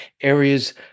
areas